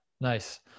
nice